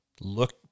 look